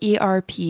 ERP